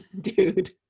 dude